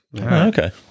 Okay